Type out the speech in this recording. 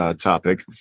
topic